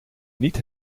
niet